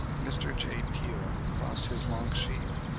mr. j. peel crossed his lonk sheep,